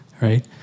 right